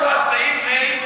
על סעיף ה',